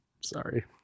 Sorry